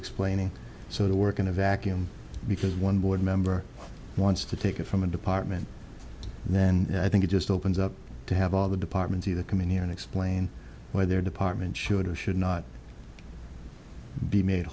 explaining so they work in a vacuum because one board member wants to take it from a department and then i think it just opens up to have all the departments of the community and explain why their department should or should not be made